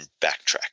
backtrack